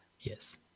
yes